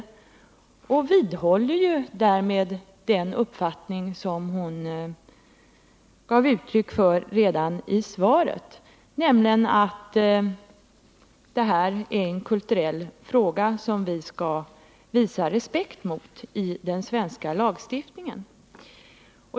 Hon vidhåller därmed den uppfattning som hon gav uttryck för redan i svaret, nämligen att det här är en kulturell fråga, som vi skall visa respekt för i den svenska lagstiftningen.